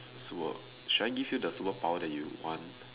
work should I give you the superpower that you want